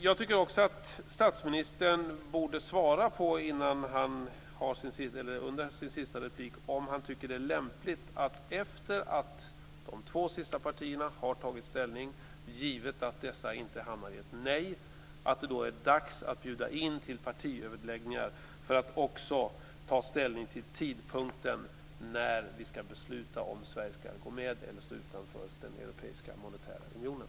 Jag tycker också att statsministern i sin sista replik borde svara på frågan om han tycker att det är lämpligt att efter det att de två sista partierna har tagit ställning, givet att dessa inte hamnar i ett nej, bjuda in till partiöverläggningar för att också ta ställning till tidpunkten när vi ska besluta om Sverige ska gå med i eller stå utanför den europeiska monetära unionen.